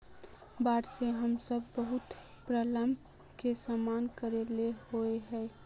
बाढ में हम सब बहुत प्रॉब्लम के सामना करे ले होय है?